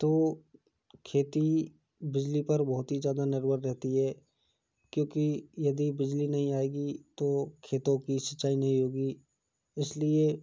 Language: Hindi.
तो खेती बिजली पर बहुत ही ज़्यादा निर्भर रहती है क्योंकि यदि बिजली नहीं आएगी तो खेतो की सिंचाई नहीं होगी इस लिए